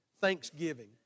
thanksgiving